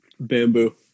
Bamboo